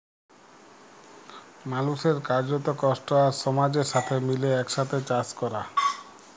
মালুসের কার্যত, কষ্ট আর সমাজের সাথে মিলে একসাথে চাস ক্যরা